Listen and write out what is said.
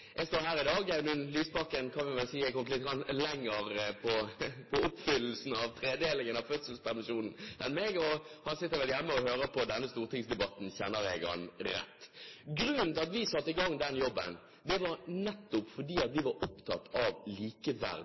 Jeg står her i dag, men vi kan vel si at Audun Lysbakken har kommet litt lenger i oppfyllelsen av tredelingen av fødselspermisjonen enn meg. Han sitter vel hjemme og hører på denne stortingsdebatten, kjenner jeg ham rett. Grunnen til at vi satte i gang den jobben, var nettopp at vi var opptatt av